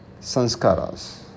sanskaras